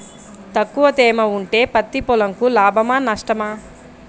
తక్కువ తేమ ఉంటే పత్తి పొలంకు లాభమా? నష్టమా?